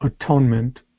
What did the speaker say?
atonement